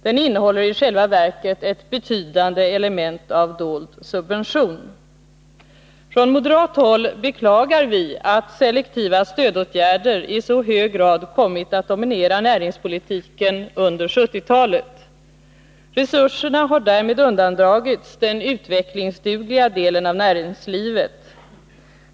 Den innehåller i själva verket ett betydande element av dold subvention. Från moderat håll beklagar vi att selektiva stödåtgärder i så hög grad kommit att dominera näringspolitiken under 1970-talet. Resurserna har därmed undandragits den utvecklingsdugliga delen av näringslivet.